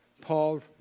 Paul